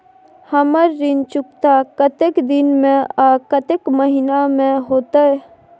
हमर ऋण चुकता कतेक दिन में आ कतेक महीना में होतै?